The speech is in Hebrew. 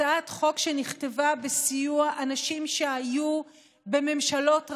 הצעת חוק שנכתבה בסיוע אנשים שהיו בממשלות רבות,